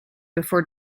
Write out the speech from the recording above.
before